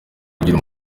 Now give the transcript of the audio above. kugira